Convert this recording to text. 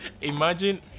Imagine